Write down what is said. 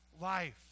life